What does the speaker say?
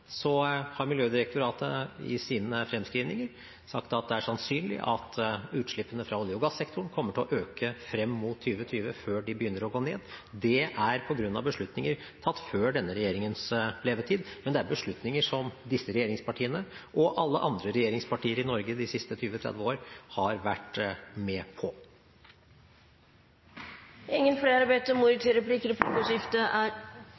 har Miljødirektoratet i sine fremskrivninger sagt at det er sannsynlig at utslippene fra olje- og gassektoren kommer til å øke frem mot 2020 før de begynner å gå ned. Det er på grunn av beslutninger tatt før denne regjeringens levetid, men det er beslutninger som disse regjeringspartiene og alle andre regjeringspartier i Norge de siste 20–30 år har vært med på. Replikkordskiftet er omme. De talere som heretter får ordet,